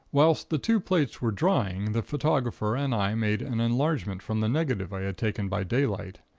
whilst the two plates were drying the photographer and i made an enlargement from the negative i had taken by daylight.